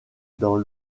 dans